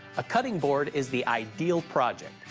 a cutting board is the ideal project,